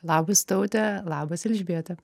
labas taute labas elžbieta